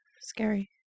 scary